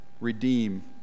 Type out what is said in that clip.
redeem